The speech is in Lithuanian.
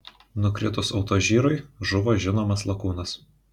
nukritus autožyrui žuvo žinomas lakūnas